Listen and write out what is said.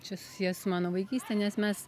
čia susiję su mano vaikyste nes mes